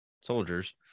soldiers